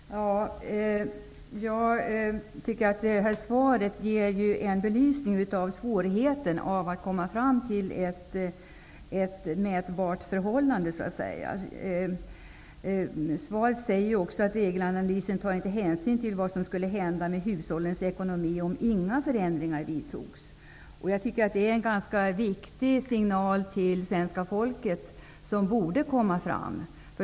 Herr talman! Jag tycker att svaret ger en belysning av svårigheten att få ett mätbart förhållande. I svaret sägs att man i EG-analysen inte tar hänsyn till vad som skulle hända med hushållens ekonomi om inga förändringar vidtogs. Jag tycker att det är en ganska viktig signal till svenska folket som borde komma fram.